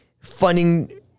funding